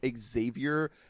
Xavier